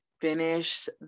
finish